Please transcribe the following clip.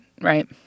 right